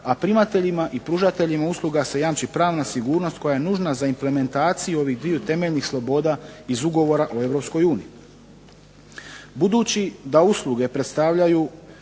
a primateljima i pružateljima usluga se jamči pravna sigurnost koja je nužna za implementaciju ovih dviju temeljnih sloboda iz ugovora o Europskoj uniji. Budući da usluge predstavljaju